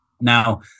Now